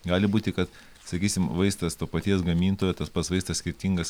gali būti kad sakysim vaistas to paties gamintojo tas pats vaistas skirtingas